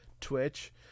Twitch